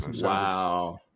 Wow